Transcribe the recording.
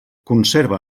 conserva